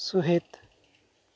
ᱥᱩᱦᱮᱫ